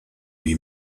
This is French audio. lui